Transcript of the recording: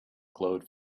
glowed